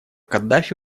каддафи